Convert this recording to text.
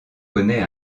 connaît